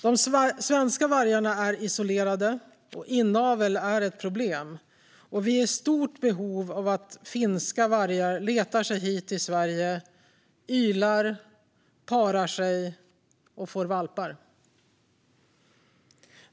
De svenska vargarna är isolerade, och inavel är ett problem. Vi är i stort behov av att finska vargar letar sig hit till Sverige, ylar, parar sig, och får valpar.